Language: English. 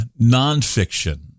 nonfiction